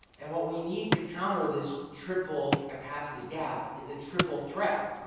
and, what we need to counter this triple-capacity gap is a triple-threat,